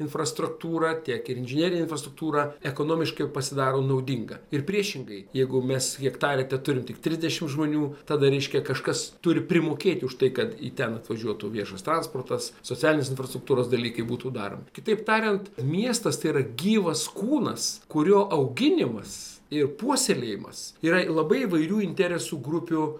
infrastruktūrą tiek inžinerinę infrastruktūrą ekonomiškai pasidaro naudinga ir priešingai jeigu mes hektare teturim tik trisdešimt žmonių tada reiškia kažkas turi primokėti už tai kad į ten važiuotų viešasis transportas socialiniai infrastruktūros dalykai būtų dar kitaip tariant miestas tėra gyvas kūnas kurio auginimas ir puoselėjimas yra labai įvairių interesų grupių